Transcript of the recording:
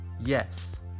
Yes